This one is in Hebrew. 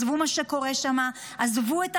עזבו מה שקורה שם,